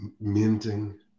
minting